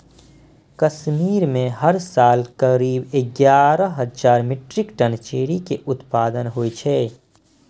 कश्मीर मे हर साल करीब एगारह हजार मीट्रिक टन चेरी के उत्पादन होइ छै